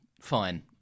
fine